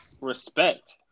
respect